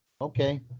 okay